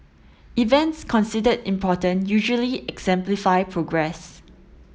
events considered important usually exemplify progress